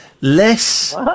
less